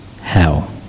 hell